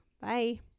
Bye